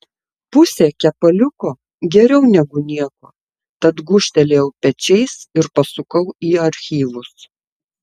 pusė kepaliuko geriau negu nieko tad gūžtelėjau pečiais ir pasukau į archyvus